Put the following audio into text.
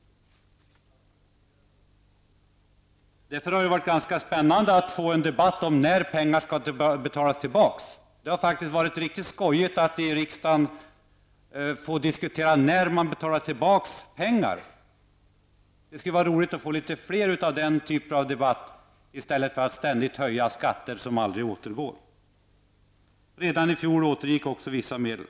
Därför har det varit ganska spännande att få en debatt om när pengarna skall betalas tillbaka. Det har faktiskt varit riktigt skojigt att i riksdagen få diskutera när dessa pengar skall betalas ut. Det skulle vara roligt att få fler debatter av den typen, i stället för att det handlar om att höja skatter som aldrig återgår. Redan i fjol återgick också vissa medel.